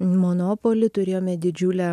monopolį turėjome didžiulę